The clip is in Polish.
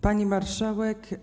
Pani Marszałek!